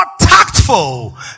tactful